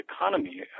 economy